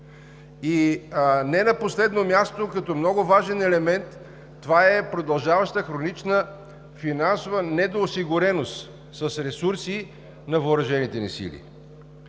И не на последно място, като много важен елемент това е продължаващата хронична финансова недоосигуреност с ресурси на въоръжените ни сили.